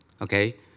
okay